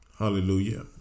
Hallelujah